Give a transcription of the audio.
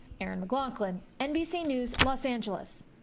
erin mclaughlin, nbc news, los angeles.